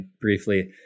briefly